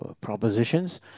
propositions